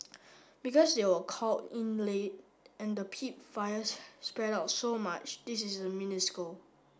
because they were called in late and the peat fires spread out so much this is minuscule